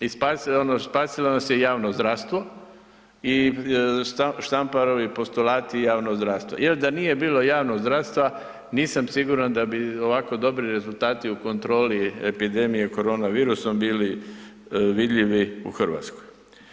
I spasilo nas je javno zdravstvo i Štamparovi postulati javnog zdravstva jer da nije bilo javnog zdravstva, nisam siguran da bi ovako dobri rezultati u kontroli epidemije koronavirusom bili vidljivi u Hrvatskoj.